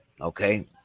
Okay